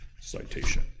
citation